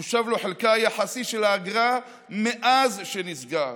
יושב לו חלקה היחסי של האגרה מאז שנסגר.